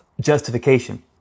justification